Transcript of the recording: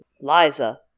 Liza